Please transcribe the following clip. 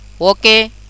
Okay